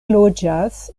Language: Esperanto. loĝas